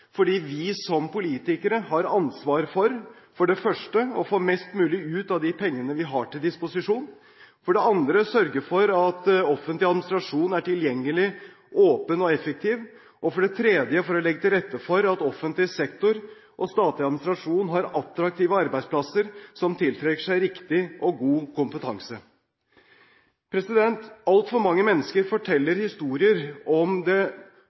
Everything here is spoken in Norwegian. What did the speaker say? fordi vi som politikere har ansvar for for det første å få mest mulig ut av de pengene vi har til disposisjon for det andre å sørge for at offentlig administrasjon er tilgjengelig, åpen og effektiv for det tredje å legge til rette for at offentlig sektor og statlig administrasjon har attraktive arbeidsplasser som tiltrekker seg riktig og god kompetanse. Altfor mange mennesker forteller historier om den maktesløshet de føler overfor det